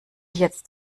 jetzt